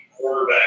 quarterback